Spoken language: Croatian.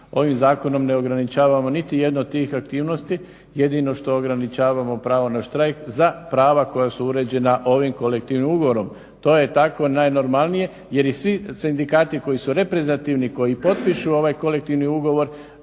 Ovim zakonom ne ograničavamo niti jedno od tih aktivnosti, jedino što ograničavamo pravo na štrajk za prava koja su uređena ovim kolektivnim ugovorom. To je tako najnormalnije jer svi sindikati koji su reprezentativni koji potpišu ovaj kolektivni ugovor